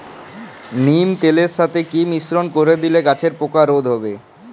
নিম তেলের সাথে কি মিশ্রণ করে দিলে গাছের পোকা রোধ হবে?